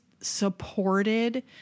supported